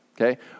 okay